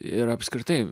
ir apskritai